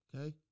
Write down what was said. Okay